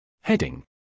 Heading